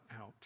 out